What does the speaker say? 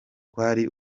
kwari